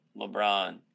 LeBron